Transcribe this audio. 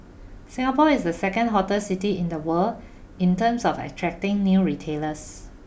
Singapore is the second hotter city in the world in terms of attracting new retailers